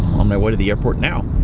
on my way to the airport now.